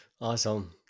Awesome